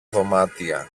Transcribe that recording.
δωμάτια